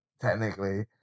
technically